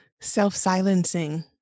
self-silencing